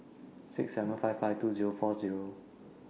six seven five five two Zero four Zero